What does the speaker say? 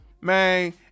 man